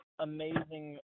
amazing